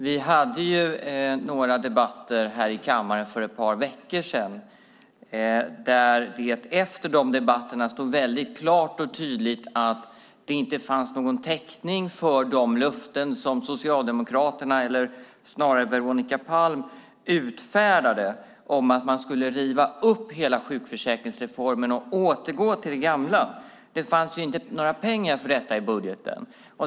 Vi hade några debatter här i kammaren för ett par veckor sedan, och efter debatterna stod det klart att det inte fanns någon täckning för de löften som Socialdemokraterna, eller snarare Veronica Palm, utfärdade om att man skulle riva upp hela sjukförsäkringsreformen och återgå till det gamla. Det fanns inte några pengar för detta i budgeten.